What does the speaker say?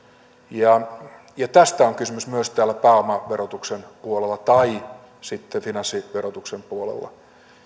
ja ja tästä on kysymys myös täällä pääomaverotuksen puolella tai sitten finanssiverotuksen puolella